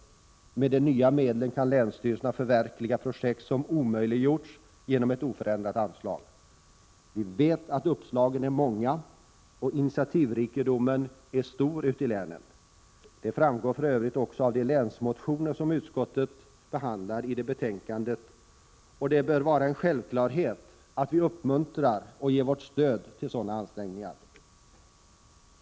Med de nya medlen kan länsstyrelserna förverkliga projekt som omöjliggjorts genom ett oförändrat anslag. Vi vet att uppslagen är många och initiativrikedomen stor ute i länen. Det framgår för övrigt också av de länsmotioner som utskottet behandlar i betänkandet, och det bör vara en självklarhet att vi i riksdagen uppmuntrar och ger vårt stöd till sådana ansträngningar.